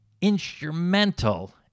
instrumental